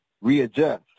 readjust